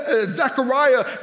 Zechariah